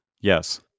yes